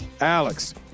Alex